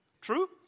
True